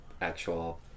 actual